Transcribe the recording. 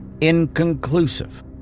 inconclusive